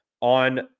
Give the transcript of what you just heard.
on